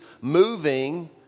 moving